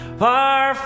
far